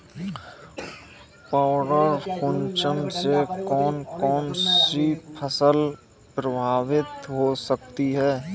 पर्ण कुंचन से कौन कौन सी फसल प्रभावित हो सकती है?